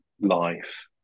life